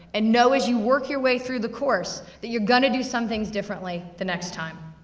and know as you work your way through the course, that you're gonna do some things differently the next time.